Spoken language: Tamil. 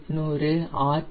1800 ஆர்